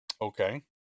Okay